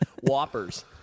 Whoppers